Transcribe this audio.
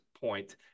point